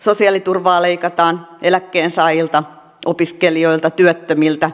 sosiaaliturvaa leikataan eläkkeensaajilta opiskelijoilta työttömiltä